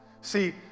See